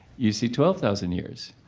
you see twelve thousand years